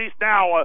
now